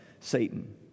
Satan